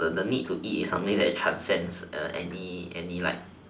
the the need to eat is something that transcends any any like